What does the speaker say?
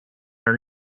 are